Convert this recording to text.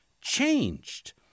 changed